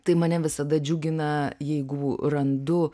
tai mane visada džiugina jeigu randu